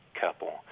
couple